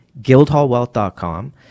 guildhallwealth.com